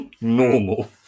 Normal